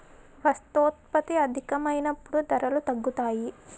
వస్తోత్పత్తి అధికమైనప్పుడు ధరలు తగ్గుతాయి